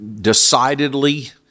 decidedly